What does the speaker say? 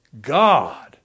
God